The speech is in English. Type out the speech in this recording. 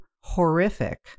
horrific